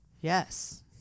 Yes